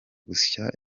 gusya